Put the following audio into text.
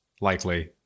likely